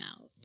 out